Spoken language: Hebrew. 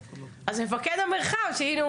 אז מפקד המרחב שהינה,